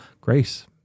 grace